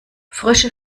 frösche